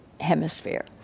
hemisphere